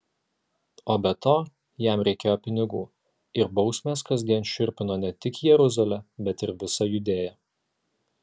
o be to jam reikėjo pinigų ir bausmės kasdien šiurpino ne tik jeruzalę bet ir visą judėją